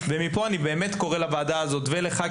ומפה אני באמת קורא לוועדה הזאת ולך,